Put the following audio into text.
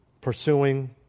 pursuing